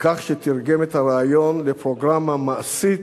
בכך שתרגם את הרעיון לפרוגרמה מעשית,